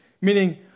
meaning